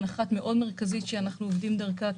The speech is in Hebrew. אחת מרכזית מאוד שאנחנו עובדים דרכה,